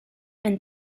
and